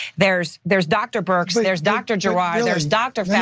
there's there's dr. burks, and there's dr. gerard, there's dr. fauci.